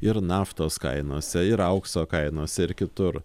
ir naftos kainose ir aukso kainose ir kitur